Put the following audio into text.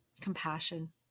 Compassion